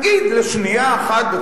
נגיד לשנייה אחת,